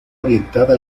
orientada